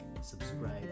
subscribe